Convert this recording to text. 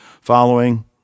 following